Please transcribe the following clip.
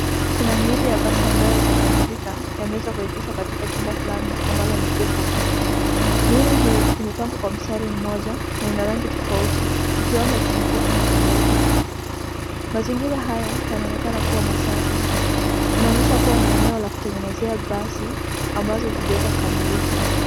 Kuna miili ya basi ambayo haijakamilika imeweza kuegeshwa katika chumba fulani ambalo ni kubwa. Miili hii imepangwa kwa mstari mmoja na ina rangi tofauti ikiwemo chungwa na nyeupe. Mazingira haya yanaonekana kuwa masafi, yanaonyesha kuwa ni eneo la kutengenezea basi ambazo hazijaweza kukamilishwa.